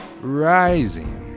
Rising